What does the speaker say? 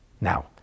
Now